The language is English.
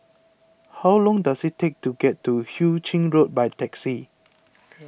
how long does it take to get to Hu Ching Road by taxi